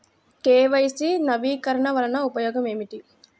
KYC నవీకరణ వలన ఉపయోగం ఏమిటీ?